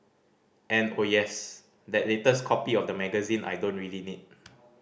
and oh yes that latest copy of the magazine I don't really need